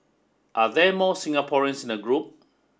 are there more Singaporeans in the group